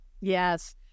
Yes